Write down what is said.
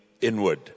inward